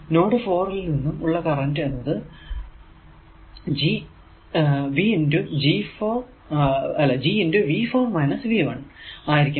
node 4 ൽ നിന്നും ഉള്ള കറന്റ് എന്നത് Gആയിരിക്കും